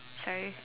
sorry